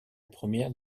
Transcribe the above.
première